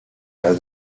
are